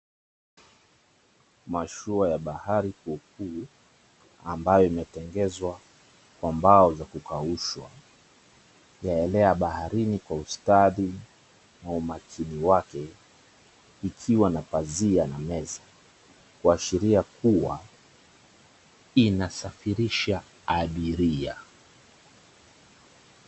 Mashuwa ya bahari ufuo huu ambayo imetengezwa kwa mbao za kukaushwa, yaelea baharini kwa ustadhi na makini wake ikiwa na pazia na meza, kuashiria kua inasafirisha abiria.